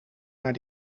naar